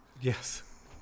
yes